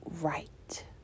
right